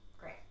great